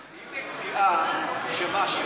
היא מציעה שמה,